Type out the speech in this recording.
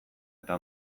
eta